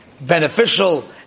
beneficial